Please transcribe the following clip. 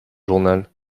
journal